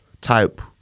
type